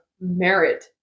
Merit